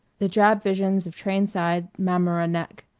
the drab visions of train-side mamaroneck,